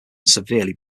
severely